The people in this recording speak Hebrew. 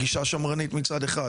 גישה שמרנית מצד אחד,